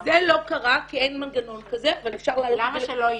זה לא קרה כי אין מנגנון כזה אבל אפשר להעלות את זה -- למה שלא יהיה?